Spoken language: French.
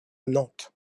nantes